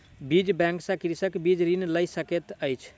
बीज बैंक सॅ कृषक बीज ऋण लय सकैत अछि